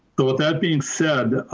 though with that being said,